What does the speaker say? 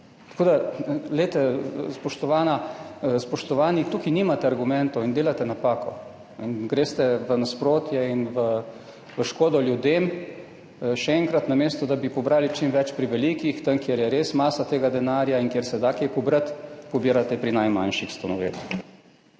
Spoštovana, spoštovani, tu nimate argumentov, delate napako in greste v nasprotje in v škodo ljudem. Še enkrat, namesto da bi pobrali čim več pri velikih, tam, kjer je res masa tega denarja in kjer se da kaj pobrati, pobirate pri najmanjših s to novelo.